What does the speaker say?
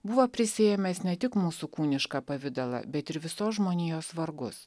buvo prisiėmęs ne tik mūsų kūnišką pavidalą bet ir visos žmonijos vargus